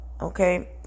Okay